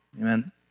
Amen